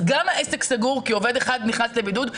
אז גם העסק סגור כי עובד אחד נכנס לבידוד,